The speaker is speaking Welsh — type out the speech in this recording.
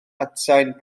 atsain